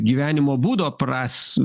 gyvenimo būdo pras